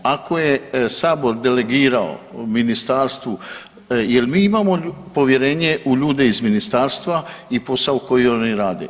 Ako je sabor delegirao ministarstvu, jel mi imamo povjerenje u ljude iz ministarstva i u posao koji oni rade.